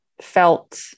felt